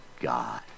God